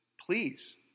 please